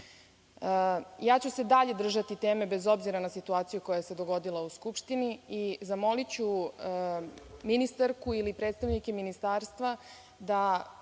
ću se i dalje držati teme, bez obzira na situaciju koja se danas dogodila u Skupštini, i zamoliću ministarku ili predstavnike Ministarstva da,